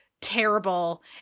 terrible